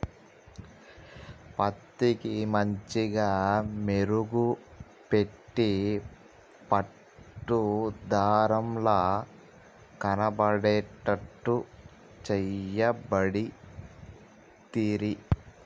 పత్తికి మంచిగ మెరుగు పెట్టి పట్టు దారం ల కనబడేట్టు చేయబడితిరి